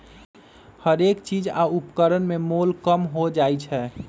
हरेक चीज आ उपकरण में मोल कम हो जाइ छै